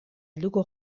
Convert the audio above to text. helduko